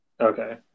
Okay